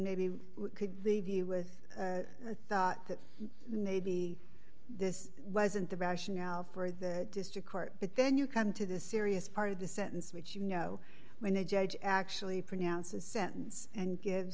maybe we could leave you with the thought that maybe this wasn't the rationale for the district court but then you come to the serious part of the sentence which you know when the judge actually pronounce a sentence and gives